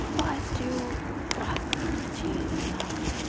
یہِ پازِٹِو اَکھ چیٖز وَنہٕ ہا بہٕ